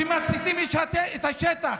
שמציתים את השטח,